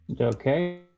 Okay